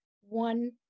one